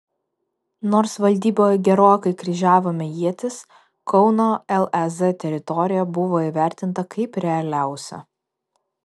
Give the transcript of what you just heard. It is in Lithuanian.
nors valdyboje gerokai kryžiavome ietis kauno lez teritorija buvo įvertinta kaip realiausia